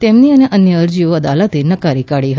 તેમની અને અન્ય અરજીઓ અદાલતે નકારી કાઢી હતી